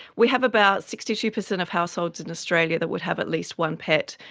we have about sixty two percent of households in australia that would have at least one pet,